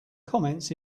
comments